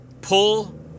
pull